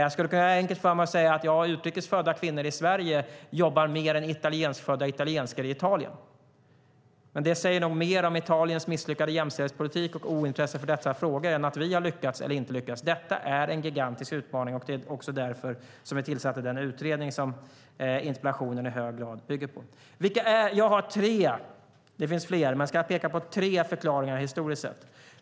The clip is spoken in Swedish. Jag skulle kunna göra det enkelt för mig och säga att utrikes födda kvinnor i Sverige jobbar mer än italienskfödda italienskor i Italien, men det säger nog mer om Italiens misslyckade jämställdhetspolitik och ointresse för dessa frågor än att vi har lyckats eller inte lyckats. Detta är en gigantisk utmaning, och det är också därför jag tillsatte den utredning vars betänkande interpellationen i hög grad bygger på. Låt mig peka på tre förklaringar historiskt sett.